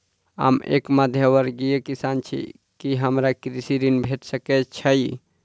हम एक मध्यमवर्गीय किसान छी, की हमरा कृषि ऋण भेट सकय छई?